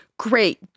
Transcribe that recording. Great